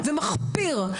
מחפיר,